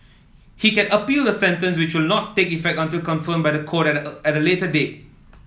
he can appeal the sentence which will not take effect until confirmed by the court at a at later date